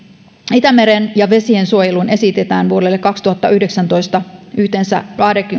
itämeren ja vesien suojeluun esitetään vuodelle kaksituhattayhdeksäntoista yhteensä